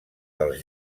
dels